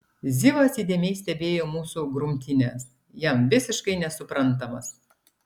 zivas įdėmiai stebėjo mūsų grumtynes jam visiškai nesuprantamas